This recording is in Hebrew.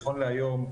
נכון להיום,